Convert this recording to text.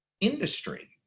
industry